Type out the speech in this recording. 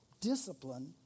discipline